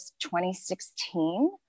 2016